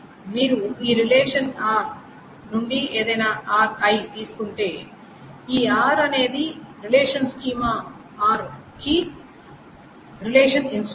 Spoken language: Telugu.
మీరు ఈ రిలేషన్ r నుండి ఏదైనా Ri తీసుకుంటే ఈ r అనేది రిలేషన్ స్కీమా R కి రిలేషన్ ఇన్స్టెన్స్